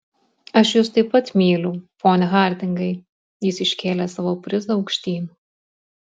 aš jus taip pat myliu pone hardingai jis iškėlė savo prizą aukštyn